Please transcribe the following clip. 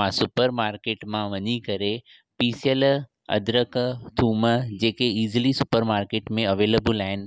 मां super market मां वञी करे पीसियल अदरक थूम जेके ईसीली सुपर मार्केट में अवेलिबल आहिनि